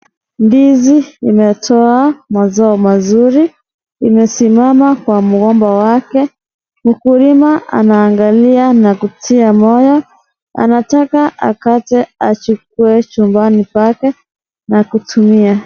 Ndizi imetoa mazao mazuri, imesimama kwa mgomba wake, mkulima anaangalia na kutia moyo, anataka akate achukue chumbani pake na kutumia.